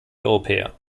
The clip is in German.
europäer